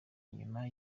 nyuma